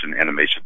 animation